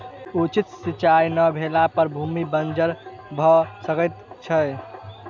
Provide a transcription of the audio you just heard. उचित सिचाई नै भेला पर भूमि बंजर भअ सकै छै